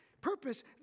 purpose